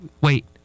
Wait